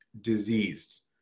diseased